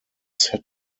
set